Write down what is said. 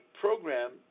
program